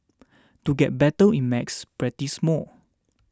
to get better in macs practise more